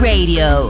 Radio